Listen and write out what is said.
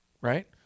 right